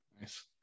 Nice